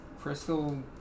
crystal